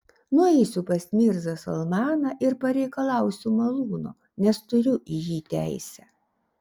nueisiu pas mirzą salmaną ir pareikalausiu malūno nes turiu į jį teisę